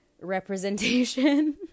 representation